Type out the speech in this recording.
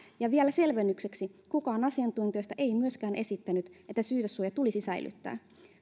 ja vielä selvennykseksi kukaan asiantuntijoista ei myöskään esittänyt että syytesuoja tulisi säilyttää